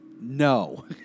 No